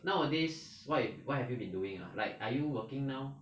nowadays what what have you been doing ah like are you working now